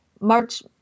March